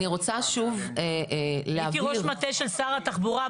הייתי ראש מטה של שר התחבורה,